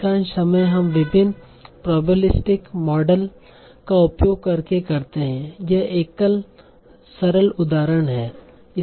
अधिकांश समय हम विभिन्न प्रोबेबिलिस्टिक मॉडल का उपयोग करके करते हैं यह एकल सरल उदाहरण है